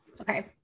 Okay